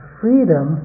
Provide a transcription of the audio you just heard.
freedom